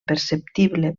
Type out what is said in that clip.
perceptible